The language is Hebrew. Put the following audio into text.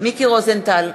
מיקי רוזנטל,